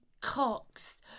cocks